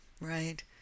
right